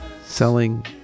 selling